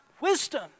wisdom